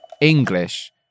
English